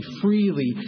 freely